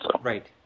Right